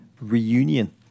Reunion